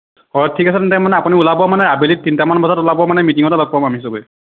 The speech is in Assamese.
অ' ঠিক আছে তেন্তে মানে আপুনি ওলাব মানে আবেলি তিনিটামান বজাত ওলাব মানে মিটিঙতে লগ পাম আমি চবে